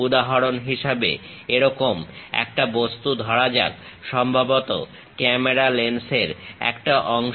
উদাহরণ হিসেবে এরকম একটা বস্তু ধরা যাক সম্ভবত ক্যামেরা লেন্সের একটা অংশ